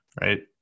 right